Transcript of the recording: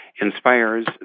inspires